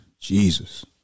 Jesus